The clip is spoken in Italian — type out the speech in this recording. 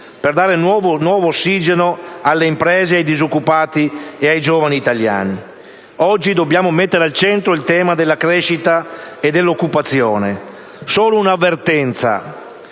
di dare nuovo ossigeno alle imprese, ai disoccupati e ai giovani italiani. Oggi dobbiamo mettere al centro il tema della crescita e dell'occupazione. Solo un'avvertenza: